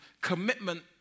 commitment